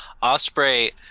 Osprey